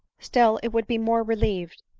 still it would be more relieved,